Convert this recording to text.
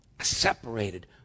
separated